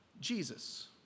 Jesus